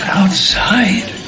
outside